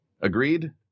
Agreed